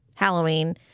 Halloween